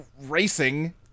racing